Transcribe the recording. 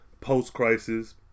post-crisis